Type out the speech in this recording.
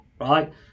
right